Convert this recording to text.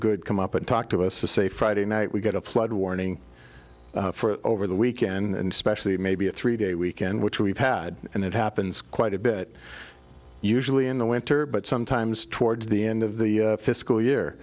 good come up and talk to us to say friday night we get a flood warning for over the weekend and specially maybe a three day weekend which we've had and it happens quite a bit usually in the winter but sometimes towards the end of the fiscal year